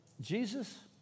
Jesus